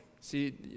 See